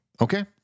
Okay